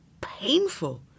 painful